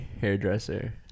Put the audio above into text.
hairdresser